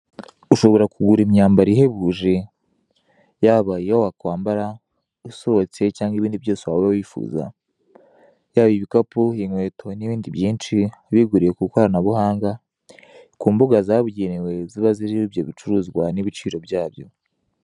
ushobora kugura imyambaro ihebuje yaba iyo wakwambara usohotse cyangwa ibindi byose waba wifuza yaba ibikapu inkweto nibindi byinshi ubiguriye kwikoranabuhanga kumbuga zabugenewe ziba ziriho ibyo bicuruzwa nibiciro byabyo.